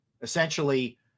essentially